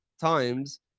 times